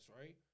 right